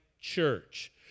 church